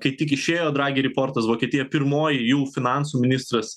kai tik išėjo dragi ryportas vokietija pirmoji jų finansų ministras